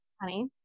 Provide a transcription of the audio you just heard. honey